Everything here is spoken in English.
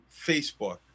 Facebook